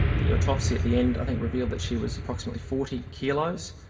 the autopsy at the end i think revealed that she was approximately forty kilos,